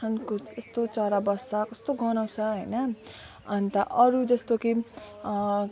अनि क कस्तो चरा बस्छ कस्तो गनाउँछ हैन अनि त अरू जस्तो के